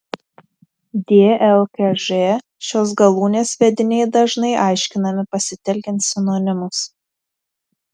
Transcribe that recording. dlkž šios galūnės vediniai dažnai aiškinami pasitelkiant sinonimus